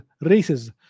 races